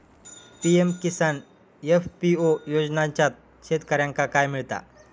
PM Kisan FPO योजनाच्यात शेतकऱ्यांका काय मिळता?